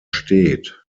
steht